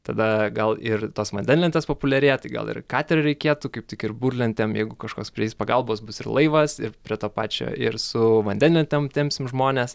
tada gal ir tos vandenlentės populiarėja tai gal ir katerį reikėtų kaip tik ir burlentėm jeigu kažkokios prireiks pagalbos bus ir laivas ir prie to pačio ir su vandenlentėm tempsim žmones